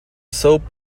soap